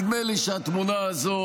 נדמה לי שהתמונה הזו,